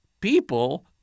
people